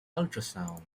ultrasound